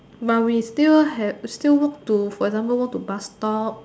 but we still have still walk to for example walk to bus stop